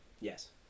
Yes